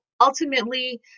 ultimately